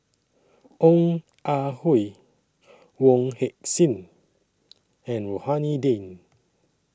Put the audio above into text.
Ong Ah Hoi Wong Heck Sing and Rohani Din